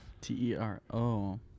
T-E-R-O